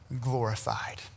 glorified